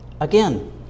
Again